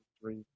three